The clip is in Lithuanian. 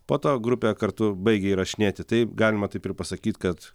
po to grupė kartu baigė įrašinėti tai galima taip ir pasakyt kad